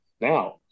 now